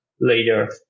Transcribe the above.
later